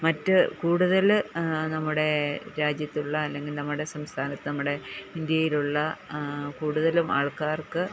മറ്റ് കൂടുതൽ നമ്മുടെ രാജ്യത്തുള്ള അല്ലെങ്കിൽ നമ്മുടെ സംസ്ഥാനത്ത് നമ്മുടെ ഇന്ത്യയിലുള്ള കൂടുതലും ആൾക്കാർക്ക്